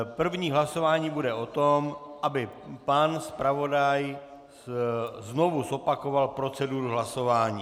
První hlasování bude o tom, aby pan zpravodaj znovu zopakoval proceduru hlasování.